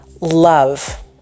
love